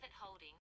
holding